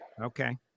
Okay